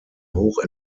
hoch